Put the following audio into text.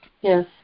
Yes